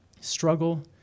struggle